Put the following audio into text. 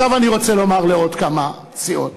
אני רוצה לומר לעוד כמה סיעות: